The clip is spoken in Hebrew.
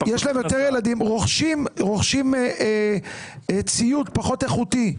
רוכשים ציוד פחות איכותי,